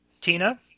Tina